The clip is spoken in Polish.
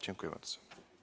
Dziękuję bardzo.